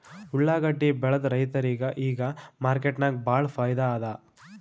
ಉಳ್ಳಾಗಡ್ಡಿ ಬೆಳದ ರೈತರಿಗ ಈಗ ಮಾರ್ಕೆಟ್ನಾಗ್ ಭಾಳ್ ಫೈದಾ ಅದಾ